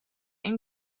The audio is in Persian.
این